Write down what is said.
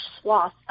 swath